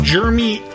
Jeremy